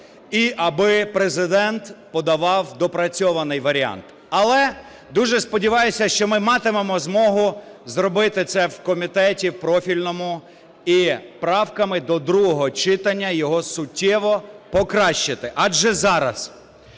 аби Президент подавав допрацьований варіант. Але дуже сподіваюся, що ми матимемо змогу зробити це в комітеті профільному і правками до другого читання його суттєво покращити, адже зараз